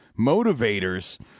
motivators